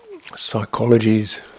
psychologies